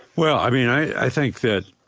well, i mean, i think that,